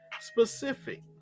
Specific